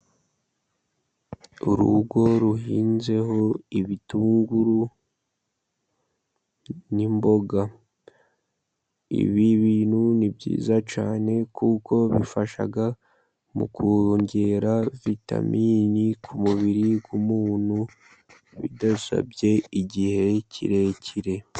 Urugo ruhinzeho ibitunguru n'imboga. Ibi bintu ni byiza cyane, kuko bifasha mu kongera vitamini ku mubiri w'umuntu, bidasabye igihe kirekire.